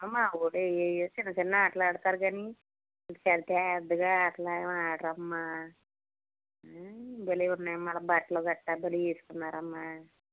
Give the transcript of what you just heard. మా ఊళ్ళో ఈ చిన్నచిన్న ఆటలు ఆడతారు కానీ పెద్ద పెద్దగా ఆటలేవి ఆడరమ్మా బలే ఉన్నాయమ్మా బట్టలు గట్రా బలే వేసుకున్నారమ్మ